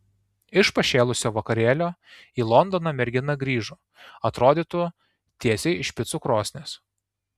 iš pašėlusio vakarėlio į londoną mergina grįžo atrodytų tiesiai iš picų krosnies